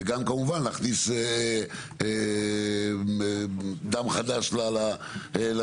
וגם כמובן להכניס דם חדש לשוק.